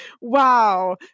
wow